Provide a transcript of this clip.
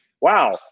wow